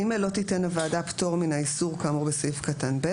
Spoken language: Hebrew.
(ג) לא תיתן הוועדה פטור מן האיסור כאמור בסעיף קטן (ב),